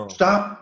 stop